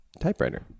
typewriter